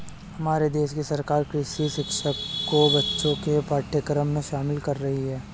हमारे देश की सरकार कृषि शिक्षा को बच्चों के पाठ्यक्रम में शामिल कर रही है